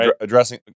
Addressing